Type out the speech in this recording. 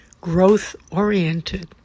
growth-oriented